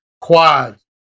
quads